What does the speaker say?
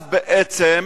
אז בעצם,